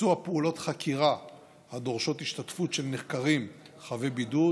ביצוע פעולות חקירה הדורשות השתתפות של נחקרים חבי בידוד